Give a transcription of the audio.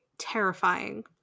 terrifying